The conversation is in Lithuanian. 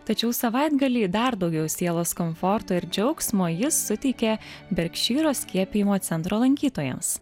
tačiau savaitgalį dar daugiau sielos komforto ir džiaugsmo jis suteikė berkšyro skiepijimo centro lankytojams